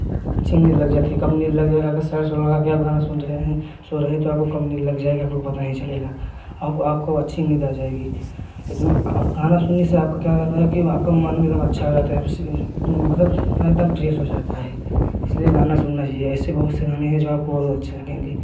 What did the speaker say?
अच्छी नींद लग जाती है कब नींद लग जाएगा सेड सॉंग लगा कर आप गाना सुनते हैं सुन रहे हैं सो रहे तो आपको कम लग जाएगा आपको पता ही चलेगा आपको अच्छी नींद आ जाएगी आप गाना सुनने से आपका क्या रहता है कि आपका मान एकदम अच्छा हो जाता है मतलब एक दम फ्रेश हो जाता है इसलिए गाना सुनना चाहिए ऐसे बहुत से गाने हैं जो आपको बहुत अच्छे लगेंगे